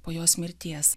po jos mirties